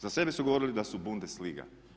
Za sebe su govorili da su Bundesliga.